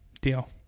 Deal